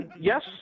yes